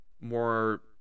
more